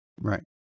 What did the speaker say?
Right